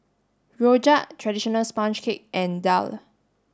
Rojak traditional sponge cake and Daal